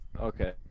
Okay